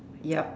yup